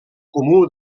comú